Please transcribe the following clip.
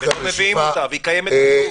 לא מביאים אותה, והיא קיימת בשוק.